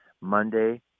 Monday